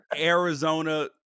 Arizona